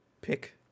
pick